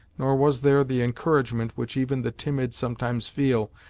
nor was there the encouragement which even the timid sometimes feel,